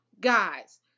Guys